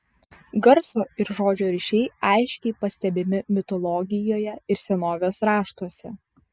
garso ir žodžio ryšiai aiškiai pastebimi mitologijoje ir senovės raštuose